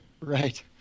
Right